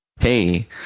hey